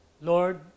Lord